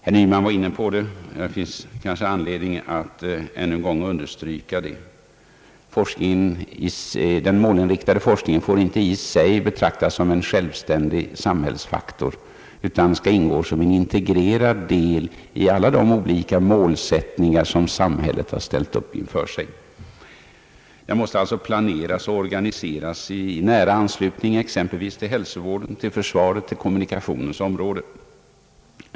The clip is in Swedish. Herr Nyman var inne på det och det kanske finns anledning att ännu en gång understryka, att den målinriktade forskningen inte i sig får betraktas som en självständig samhällsfaktor, utan skall ingå som en integrerad del i alla de olika målsättningar som samhället har ställt upp för sig. Man måste således pla nera och organisera i nära anslutning till exempelvis hälsovården, försvaret och kommunikationerna.